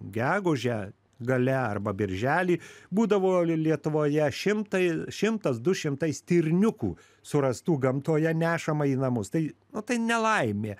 gegužę gale arba birželį būdavo lie lietuvoje šimtai šimtas du šimtai stirniukų surastų gamtoje nešama į namus tai o tai nelaimė